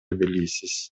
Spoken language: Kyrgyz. белгисиз